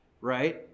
right